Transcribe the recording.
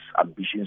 ambitions